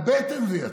מהבטן זה יצא,